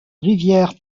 rivière